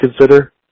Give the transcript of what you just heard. consider